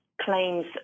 claims